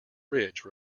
ridge